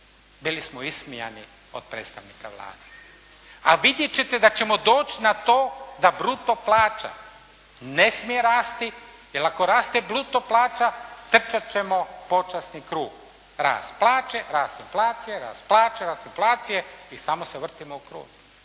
Bili smo ismijani od predstavnika Vlade. A vidjet ćete da ćemo doći na to da bruto plaća ne smije rasti jer ako raste bruto plaća trčat ćemo počasni krug. Rast plaće, rast inflacije, rast plaće, rast inflacije i samo se vrtimo u krug.